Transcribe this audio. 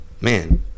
man